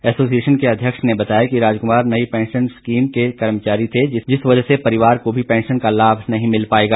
association के अध्यक्ष ने बताया कि राजकुमार नई पैंशन स्कीम के कर्मचारी थे जिस वजह से परिवार को भी पैंशन का लाभ भी नहीं मिल पाएगा